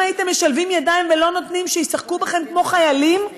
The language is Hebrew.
הייתם משלבים ידיים ולא נותנים שישחקו בכם כמו חיילים,